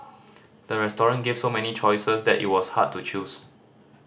the restaurant gave so many choices that it was hard to choose